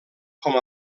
com